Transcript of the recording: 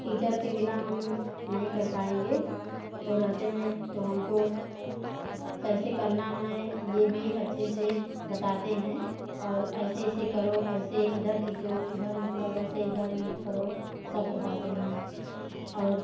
teacher के बिना हम नहीं कर पाएंगे वह रहते हैं तो हमको कैसे करना हैं ये भी अच्छे से बताते हैं और ऐसे ऐसे करो ऐसे इधर खींचो उधर मतलब ऐसे इधर करो सब बताते हैं और